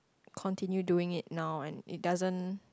continue doing it now one it doesn't